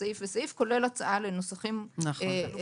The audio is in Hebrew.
סעיף וסעיף כולל הצעה לנוסחים לחלופיים.